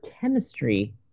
chemistry